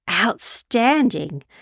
Outstanding